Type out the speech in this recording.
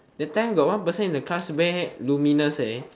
that time got one person in the class wear luminous eh